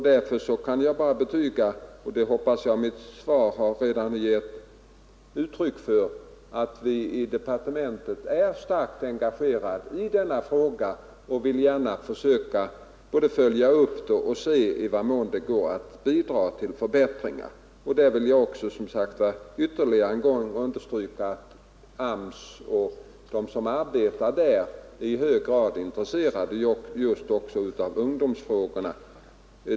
Därför kan jag bara betyga — och det hoppas jag att mitt svar redan gett uttryck för — att vi i departementet är starkt engagerade i denna fråga och vill både försöka följa upp den och göra allt som kan bidra till en förbättring. Där vill jag också som sagt ytterligare en gång understryka att nedbringa ungdomsarbetslösheten att nedbringa ungdomsarbetslösheten att de som arbetar inom AMS är i hög grad intresserade av ungdomsfrågorna.